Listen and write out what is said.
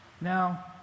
Now